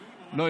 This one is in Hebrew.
לא,